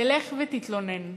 תלך ותתלונן.